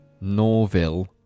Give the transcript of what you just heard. Norville